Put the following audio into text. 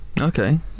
Okay